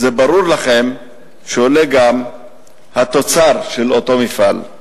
ברור לכם שעולה גם מחיר התוצר של אותו מפעל.